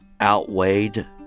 outweighed